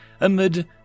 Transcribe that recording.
amid